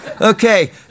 okay